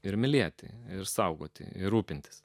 ir mylėti ir saugoti ir rūpintis